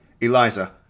Eliza